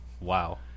wow